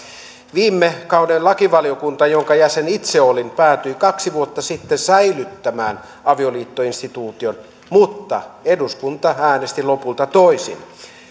viime kauden lakivaliokunta jonka jäsen itse olin päätyi kaksi vuotta sitten säilyttämään avioliittoinstituution mutta eduskunta äänesti lopulta toisin